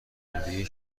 بودی